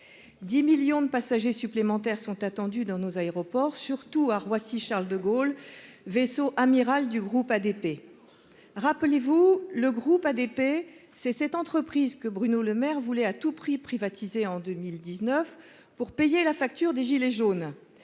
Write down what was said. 10 millions de passagers supplémentaires sont attendus dans nos aéroports, surtout à Roissy Charles de Gaulle, vaisseau amiral du groupe ADP. Rappelez-vous le groupe ADP. C'est cette entreprise que Bruno Le Maire, voulait à tout prix privatisée en 2019 pour payer la facture des gilets jaunes.